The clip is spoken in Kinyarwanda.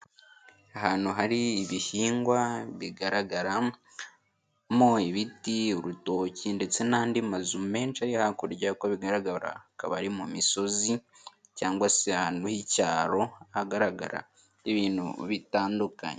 Ahantu hari ibihingwa bigaragaramo ibiti, urutoki ndetse n'andi mazu menshi ari hakurya kuko bigaragara akaba ari mu misozi cyangwa se ahantu h'icyaro hagaragara ibintu bitandukanye.